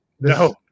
no